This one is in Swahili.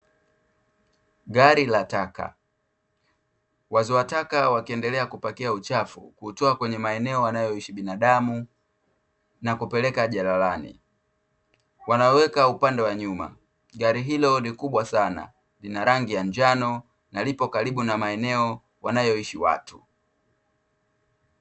Gari la taka, wazoa taka wakiendelea kupakia uchafu kuutoa kwenye maeneo wanayo ishi binadamu na kupeleka jalalani, wanaweka upande wa nyuma, gari hilo ni kubwa sana lina rangi ya njano na lipo karibu na maeneo wanayoishi watu.